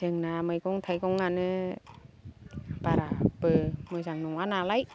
जोंना मैगं थाइगं आनो बाराबो मोजां नंङा नालाय